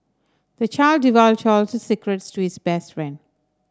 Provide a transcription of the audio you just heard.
the child divulged all his secrets to his best friend